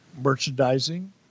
merchandising